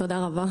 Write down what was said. תודה רבה.